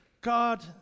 God